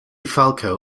falco